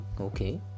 Okay